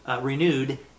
renewed